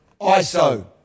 ISO